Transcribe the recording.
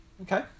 Okay